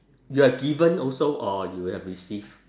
you have given also or you have receive